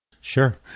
Sure